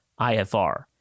IFR